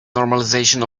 normalization